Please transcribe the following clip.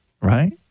right